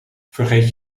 vergeet